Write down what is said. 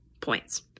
points